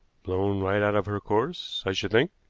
blown right out of her course, i should think,